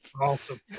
awesome